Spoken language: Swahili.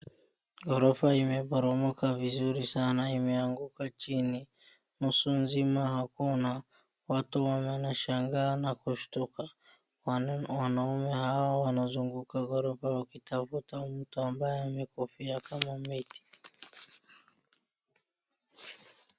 Ghorofa imeporomoka vizuri sana, imeanguka chini, nusu mzima hakuna, watu wanashangaa na kushtuka ,wanaume hao wanazunguka ghorofa wakitafuta mtu ambaye amekufia kama maiti.